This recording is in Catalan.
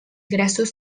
grassos